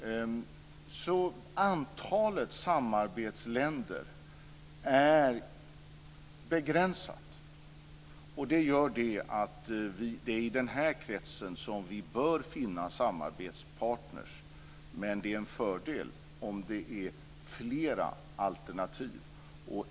Antalet samarbetsländer är alltså begränsat, och det gör att det är i den här kretsen som vi bör finna samarbetspartner. Men det är en fördel om det finns flera alternativ.